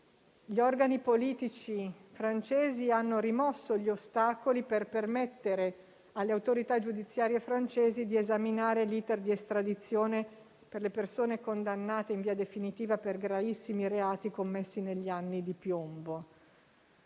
gli organi politici francesi hanno rimosso gli ostacoli per permettere alle autorità giudiziarie francesi di esaminare l'*iter* di estradizione per le persone condannate in via definitiva per gravissimi reati commessi negli anni di piombo.